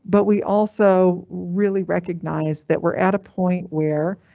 but we also really recognize that we're at a point where,